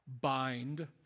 bind